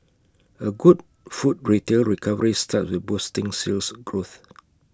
A good food retail recovery starts with boosting Sales Growth